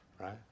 right